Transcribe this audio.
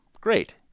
Great